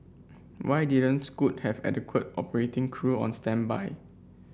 why didn't Scoot have adequate operating crew on standby